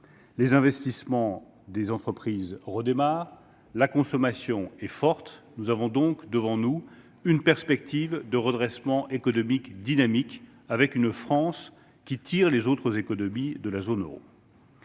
Les investissements des entreprises redémarrent, la consommation est forte. Nous avons donc devant nous une perspective de redressement économique dynamique, avec une France qui tire les autres économies de la zone euro.